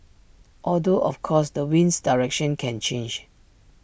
although of course the wind's direction can change